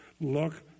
Look